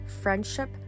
friendship